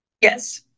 Yes